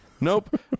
Nope